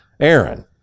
Aaron